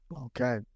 Okay